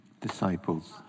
disciples